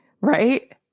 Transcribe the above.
right